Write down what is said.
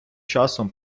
часом